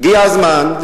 הגיע הזמן,